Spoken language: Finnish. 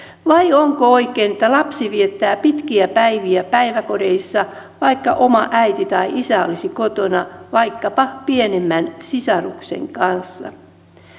vai onko oikein että lapsi viettää pitkiä päiviä päiväkodeissa vaikka oma äiti tai isä olisi kotona vaikkapa pienemmän sisaruksen kanssa